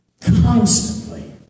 constantly